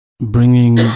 bringing